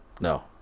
no